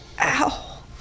Ow